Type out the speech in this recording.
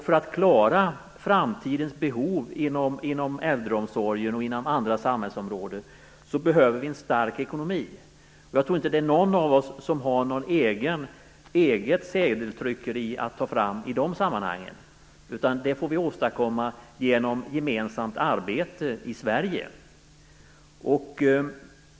För att klara framtidens behov inom äldreomsorgen och inom andra samhällsområden behöver vi en stark ekonomi. Och jag tror inte att det är någon av oss som har något eget sedeltryckeri att ta fram i dessa sammanhang. Vi måste därför åstadkomma en stark ekonomi genom gemensamt arbete i Sverige.